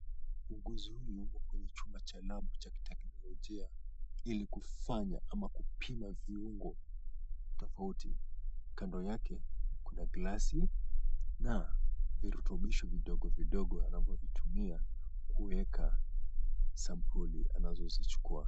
Muuguzi huyu yuko kwenye chumba cha lab cha kiteknolojia ilikufanya ama kupima viungo tofauti, kando yake kuna glasi na virubitisho vidogo vidogo anavyovitumia kuweka sampuli anazozichukuwa.